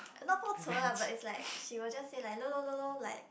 not lah but it's like she will just say like lololo like